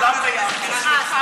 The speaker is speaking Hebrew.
כולם ביחד: סליחה.